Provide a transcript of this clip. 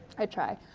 i try.